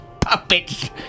puppets